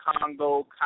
Congo